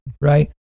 right